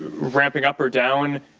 ramping up or down